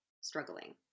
struggling